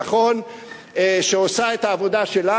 החברה הלאומית לדרכים, שעושה את העבודה שלה.